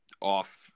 off